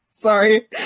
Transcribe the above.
sorry